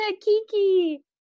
kiki